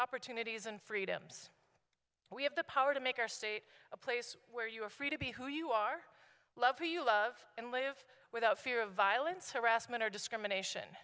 opportunities and freedoms we have the power to make our state a place where you are free to be who you are love of and live without fear of violence harassment or discrimination